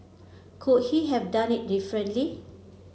could he have done it differently